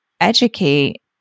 educate